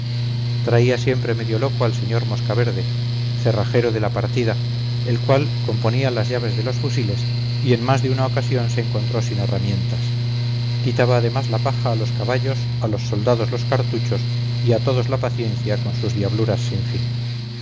traía siempre medio loco al sr moscaverde cerrajero de la partida el cual componía las llaves de los fusiles y en más de una ocasión se encontró sin herramientas quitaba además la paja a los caballos a los soldados los cartuchos y a todos la paciencia con sus diabluras sin fin